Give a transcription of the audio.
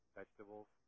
vegetables